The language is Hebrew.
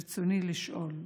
ברצוני לשאול: